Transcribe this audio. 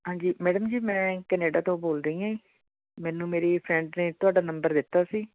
ਹਾਂਜੀ ਮੈਡਮ ਜੀ ਮੈਂ ਕੈਨੇਡਾ ਤੋਂ ਬੋਲ ਰਹੀ ਹਾਂ ਮੈਨੂੰ ਮੇਰੀ ਫਰੈਂਡ ਨੇ ਤੁਹਾਡਾ ਨੰਬਰ ਦਿੱਤਾ ਸੀ